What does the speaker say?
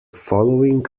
following